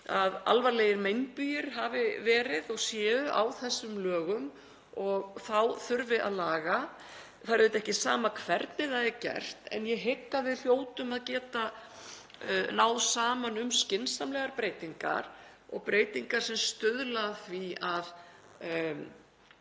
að alvarlegir meinbugir hafi verið og séu á þessum lögum og þá þurfi að laga. Það er auðvitað ekki sama hvernig það er gert en ég hygg að við hljótum að geta náð saman um skynsamlegar breytingar og breytingar sem stuðla að því að